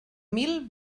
mil